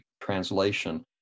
translation